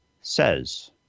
says